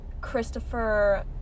christopher